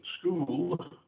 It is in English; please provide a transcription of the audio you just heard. school